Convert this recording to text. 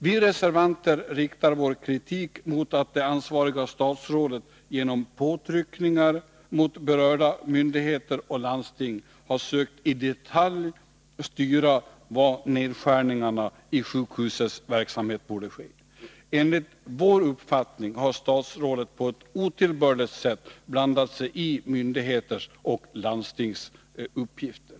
Vi reservanter riktar vår kritik mot att det ansvariga statsrådet genom påtryckningar mot berörda myndigheter och landsting har sökt att i detalj styra var nedskärningarna i sjukhusets verksamhet bör ske. Enligt vår uppfattning har statsrådet på ett otillbörligt sätt blandat sig i myndigheters och landstings uppgifter.